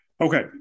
Okay